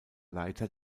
leiter